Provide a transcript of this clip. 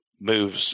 moves